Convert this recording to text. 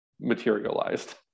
materialized